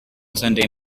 sunday